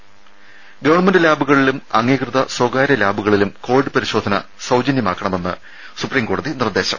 ത ഗവൺമെന്റ് ലാബുകളിലും അംഗീകൃത സ്വകാര്യ ലാബുകളിലും കോവിഡ് പരിശോധന സൌജന്യമാക്കണമെന്ന് സുപ്രീംകോടതി നിർദ്ദേശം